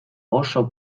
oso